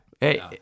Hey